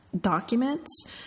documents